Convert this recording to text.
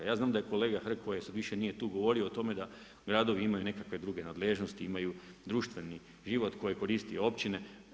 Ja znam da kolega Hrg koji sad više nije tu, govorio o tome da gradovi imaju nekakve druge nadležnosti, imaju društveni život koji koriste općine.